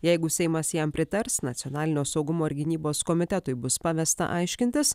jeigu seimas jam pritars nacionalinio saugumo ir gynybos komitetui bus pavesta aiškintis